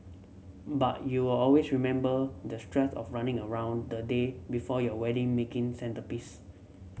but you'll always remember the stress of running around the day before your wedding making centrepiece